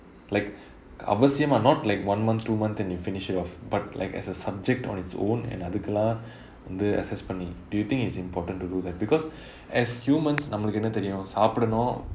like அவசியமா:avasiyamaa not like one month two month then you finish it off but like as a subject on its own and அதுக்குலாம் வந்து:athukullaam vanthu assess பண்ணி:panni do you think it's important to do that because as humans நம்பளுக்கு என்ன தெரியும் சாப்பிடனும்:nambalukku enna teriyum saapidanum